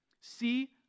see